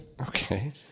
Okay